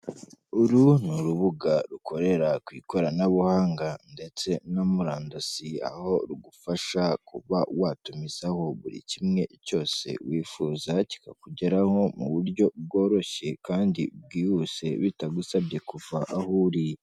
Uru ni urubuga rukorera ku ikoranabuhanga ndetse no murandasiye, aho rugufasha kuba watumizaho buri kimwe cyose wifuza kikakugeraho mu buryo bworoshye kandi bwihuse bitagusabye kuva aho uri.